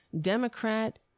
Democrat